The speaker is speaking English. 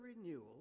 renewal